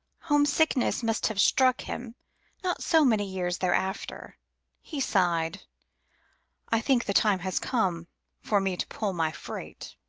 homesickness must have struck him not so many years thereafter he sighed i think the time has come for me to pull my freight.